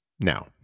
now